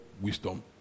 wisdom